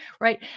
right